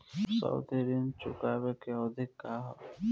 सावधि ऋण चुकावे के अवधि का ह?